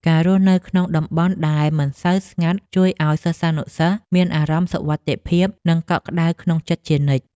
ការរស់នៅក្នុងតំបន់ដែលមិនសូវស្ងាត់ជួយឱ្យសិស្សានុសិស្សមានអារម្មណ៍សុវត្ថិភាពនិងកក់ក្តៅក្នុងចិត្តជានិច្ច។